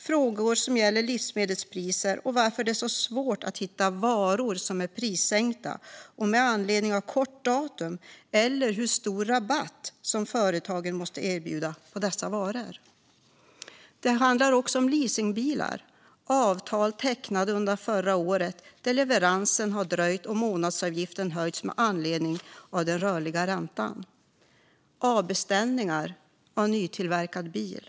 Vidare gäller det frågor om livsmedelspriser: varför det är så svårt att hitta varor som är prissänkta med anledning av att det är nära till bästföredatum, eller hur stor rabatt företagen måste erbjuda på dessa varor. Det handlar också om leasingbilar och avtal tecknade under förra året, där leveransen har dröjt och månadsavgiften höjts med anledning av den rörliga räntan, samt om avbeställning av nytillverkade bilar.